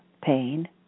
pain